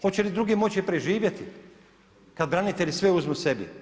Hoće li drugi moći preživjeti kad branitelji sve uzmu sebi?